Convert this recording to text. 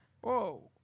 Whoa